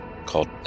called